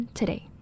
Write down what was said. today